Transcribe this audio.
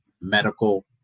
medical